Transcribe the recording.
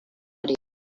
hori